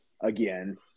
again